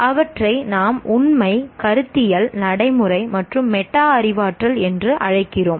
அவற்றை நாம் உண்மை கருத்தியல் நடைமுறை மற்றும் மெட்டா அறிவாற்றல் என்று அழைக்கிறோம்